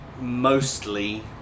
mostly